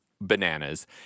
bananas